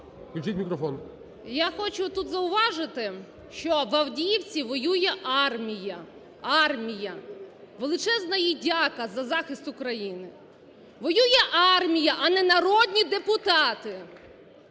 Я хочу тут зауважити, що в Авдіївці воює армія… армія. Величезна їй дяка за захист України. Воює армія, а не народні депутати.